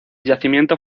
yacimiento